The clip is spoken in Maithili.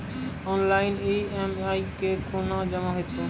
ऑनलाइन ई.एम.आई कूना जमा हेतु छै?